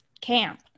camp